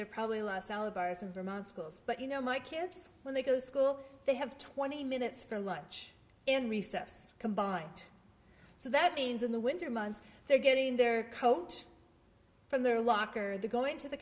they're probably last salad bars in vermont schools but you know my kids when they go to school they have twenty minutes for lunch and recess combined so that means in the winter months they're getting their coach from their locker they're going to the